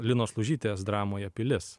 linos lužytės dramoje pilis